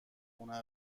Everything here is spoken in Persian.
خونه